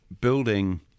building